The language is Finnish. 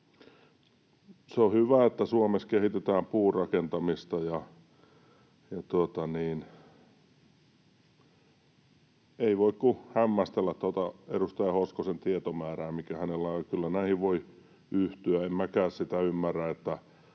Se on hyvä, että Suomessa kehitetään puurakentamista. Ja ei voi kuin hämmästellä tuota edustaja Hoskosen tietomäärää, mikä hänellä on, ja kyllä näihin voi yhtyä. En minäkään sitä ymmärrä,